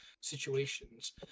situations